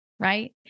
Right